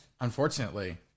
Unfortunately